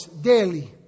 daily